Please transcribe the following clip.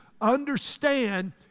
understand